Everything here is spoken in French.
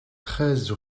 treize